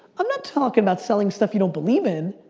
i'm not talking about selling stuff you don't believe in.